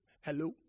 Hello